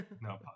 no